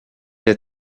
est